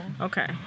Okay